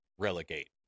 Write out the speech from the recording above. relegate